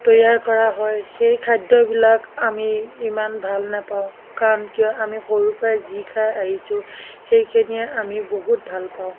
তৈয়াৰ কৰা হয় সেই খাদ্যবিলাক আমি ইমান ভাল নাপাওঁ কাৰণ কিয় আমি সৰুৰে পৰাই যি খাই আহিছোঁ সেইখিনিয়ে আমি বহুত ভাল পাওঁ